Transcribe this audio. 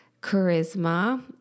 charisma